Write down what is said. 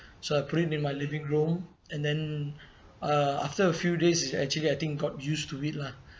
so I put it in my living room and then uh after a few days it actually I think got used to it lah